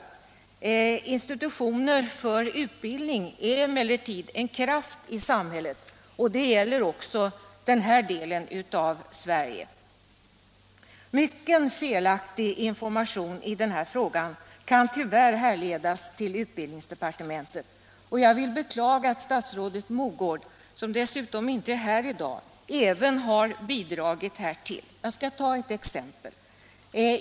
Institutioner för utbildning är emellertid en kraft i samhället, och detta gäller också den här delen av Sverige. Mycken felaktig information i denna fråga kan tyvärr härledas till utbildningsdepartementet, och jag vill beklaga att statsrådet Mogård — som dessutom inte är här i dag — även har bidragit härtill. Jag skall ta ett exempel.